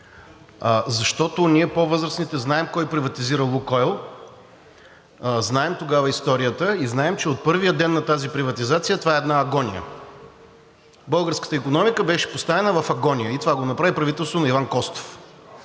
защото ние по-възрастните знаем кой приватизира „Лукойл“, знаем историята тогава и знаем, че от първия ден на тази приватизация това е една агония. Българската икономика беше поставена в агония и това го направи правителството на Иван Костов.